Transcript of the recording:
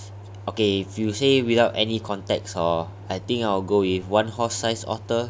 okay if you say without any context hor I think I will go with one horse sized otter